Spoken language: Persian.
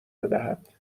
بدهد